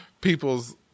people's